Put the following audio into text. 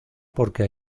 porque